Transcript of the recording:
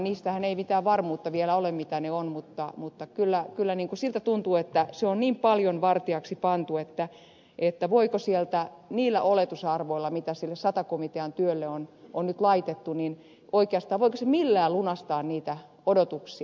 niistähän ei mitään varmuutta vielä ole mitä ne ovat mutta kyllä siltä tuntuu että kun se on niin paljon vartijaksi pantu niin voiko se niillä oletusarvoilla mitä sata komitean työlle on nyt laitettu oikeastaan millään lunastaa niitä odotuksia